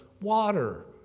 water